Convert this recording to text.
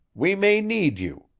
we may need you.